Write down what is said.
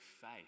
faith